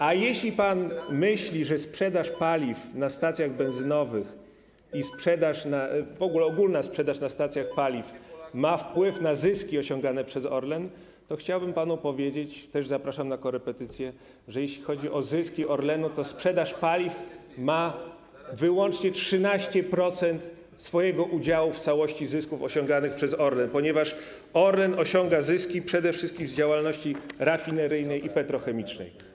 A jeśli pan myśli, że sprzedaż paliw na stacjach benzynowych i ogólna sprzedaż na stacjach paliw ma wpływ na zyski osiągane przez Orlen, to chciałbym panu powiedzieć - też zapraszam na korepetycje - że w przypadku zysków Orlenu sprzedaż paliw wynosi wyłącznie 13% udziału w całości zysków osiąganych przez Orlen, ponieważ Orlen osiąga zyski przede wszystkim z działalności rafineryjnej i petrochemicznej.